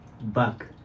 back